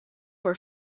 were